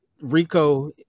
Rico